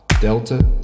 Delta